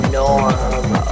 norm